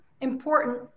important